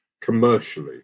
commercially